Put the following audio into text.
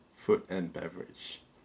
food and beverage